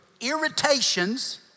irritations